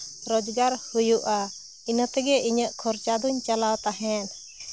ᱨᱚᱡᱽᱜᱟᱨ ᱦᱩᱭᱩᱜᱼᱟ ᱤᱱᱟᱹ ᱛᱮᱜᱮ ᱤᱧᱟᱹᱜ ᱠᱷᱚᱨᱪᱟ ᱫᱩᱧ ᱪᱟᱞᱟᱣ ᱛᱟᱦᱮᱸᱫ